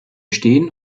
stehen